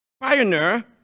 pioneer